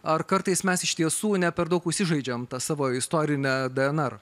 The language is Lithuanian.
ar kartais mes iš tiesų ne per daug užsižaidžiam ta savo istorine dnr